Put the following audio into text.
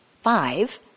five